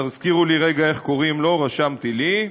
תזכירו לי רגע איך קוראים לו, רשמתי לי,